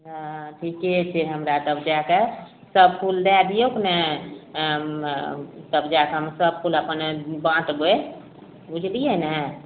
हाँ ठीके छै हमरा तब जाकऽ सब फूल दए दियौ अपने तब जाकऽ हम सब फूल अपन बाँटबय बुझलियै ने